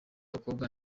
abakobwa